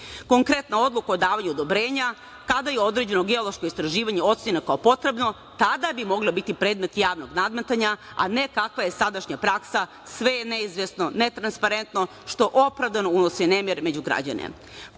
Konkretno, odluku o davanju odobrenja kada je određeno geološko istraživanje ocenjeno kao potrebno, tada bi moglo biti predmet javnog nadmetanja, a ne kakva je sadašnja praksa – sve je neizvesno, netransparentno, što opravdano unosi nemir među građane.